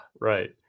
right